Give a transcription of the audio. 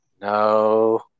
No